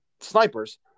snipers